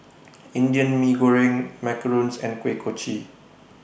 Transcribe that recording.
Indian Mee Goreng Macarons and Kuih Kochi